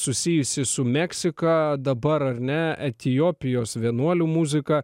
susijusi su meksika dabar ar ne etiopijos vienuolių muzika